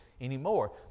anymore